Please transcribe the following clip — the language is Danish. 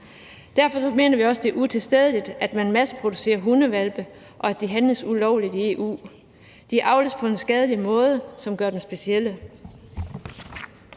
Derfor mener vi også, det er utilstedeligt, at man masseproducerer hundehvalpe, og at de handles ulovligt i EU. De avles på en skadelig måde, som gør dem specielle.